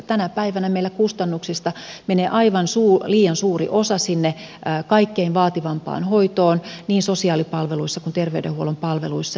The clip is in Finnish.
tänä päivänä meillä kustannuksista menee aivan liian suuri osa sinne kaikkein vaativimpaan hoitoon niin sosiaalipalveluissa kuin terveydenhuollon palveluissa